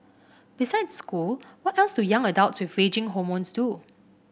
besides school what else do young adults with raging hormones do